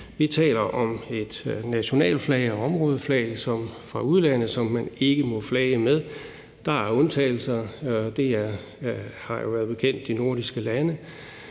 Vi taler om nationalflag og områdeflag fra udlandet, som man ikke må flage med. Der er undtagelser. Det er som bekendt de nordiske lande,